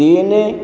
ତିନି